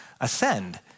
ascend